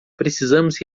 precisamos